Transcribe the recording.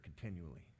continually